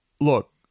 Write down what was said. look